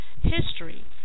history